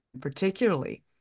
particularly